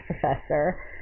professor